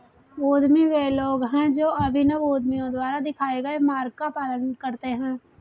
उद्यमी वे लोग हैं जो अभिनव उद्यमियों द्वारा दिखाए गए मार्ग का पालन करते हैं